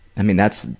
i mean that's,